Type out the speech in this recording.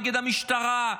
נגד המשטרה,